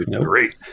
great